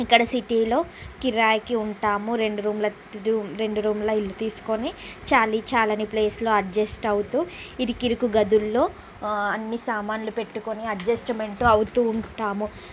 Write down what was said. ఇక్కడ సిటీలో కిరాయికి ఉంటాము రెండు రూమ్ల రెండు రూమ్ల ఇల్లు తీసుకుని చాలీ చాలని ప్లేసులో అడ్జెస్ట్ అవుతూ ఇరుకిరుకు గదుల్లో అన్నీ సామాన్లు పెట్టుకుని అడ్జెస్ట్మెంట్ అవుతూ ఉంటాము